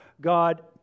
God